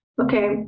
Okay